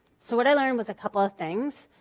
so what i learned was a couple of things.